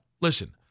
Listen